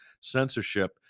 censorship